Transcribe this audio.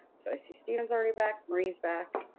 so, i see steven's already back, marie's back.